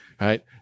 right